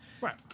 Right